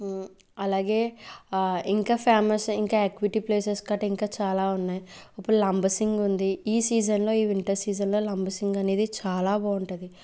అలాగే ఇంకా ఫ్యామస్ ఇంకా ఆక్విటీ ప్లేసెస్ గట్రా ఇంకా చాలా ఉన్నాయ్ ఇప్పుడు లంబసింగి ఉంది ఈ సీజన్లో ఈ వింటర్ సీజన్లో లంబసింగనేది చాలా బాగుంటది